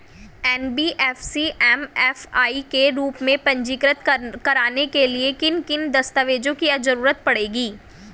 NBFC MFI के रूप में पंजीकृत कराने के लिए किन किन दस्तावेजों की जरूरत पड़ेगी?